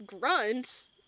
Grunt